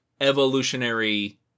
evolutionary